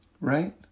Right